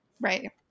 Right